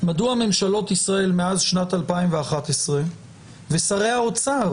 מדוע ממשלות ישראל מאז שנת 2011 ושרי האוצר